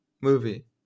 Movie